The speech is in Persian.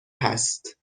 هست